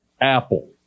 Apple